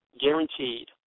Guaranteed